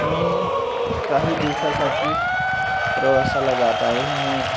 मी काही दिवसासाठी प्रवासाला जात आहे मी